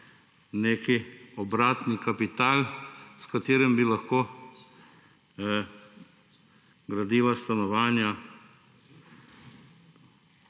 nek obratni kapital, s katerim bi lahko gradil stanovanja